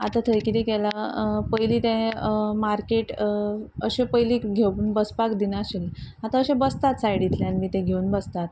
आतां थंय कितें केला पयलीं ते मार्केट अशे पयलीं घेवन बसपाक दिनाशिल्ले आतां अशें बसतात सायडींतल्यान बी ते घेवन बसतात